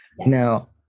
Now